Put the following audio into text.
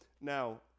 now